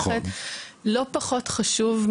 זה חוסך המון